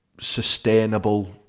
sustainable